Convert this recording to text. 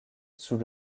sous